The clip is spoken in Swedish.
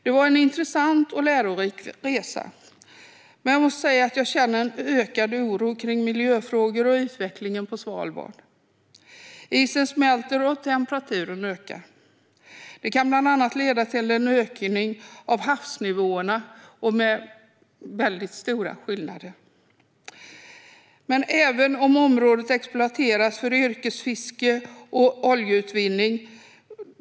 Det var en intressant och lärorik resa, men jag måste säga att jag känner en ökad oro kring miljöfrågor och utvecklingen på Svalbard. Isen smälter, och temperaturen ökar. Det kan bland annat leda till en höjning av havsnivåerna och till stora skillnader. Området exploateras för yrkesfiske och oljeutvinning.